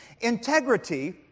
Integrity